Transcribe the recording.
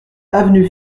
avenue